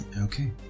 Okay